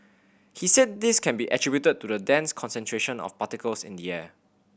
he said this can be attributed to the dense concentration of particles in the air